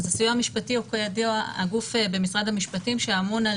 הסיוע המשפטי הוא כידוע הגוף המשפטי שאמון על